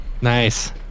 nice